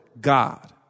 God